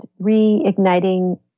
reigniting